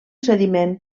sediment